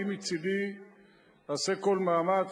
אני מצדי אעשה כל מאמץ,